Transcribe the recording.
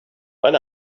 when